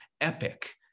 epic